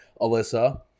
Alyssa